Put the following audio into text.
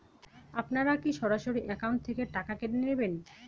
আপনারা কী সরাসরি একাউন্ট থেকে টাকা কেটে নেবেন?